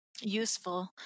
useful